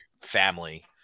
family